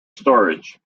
storage